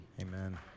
Amen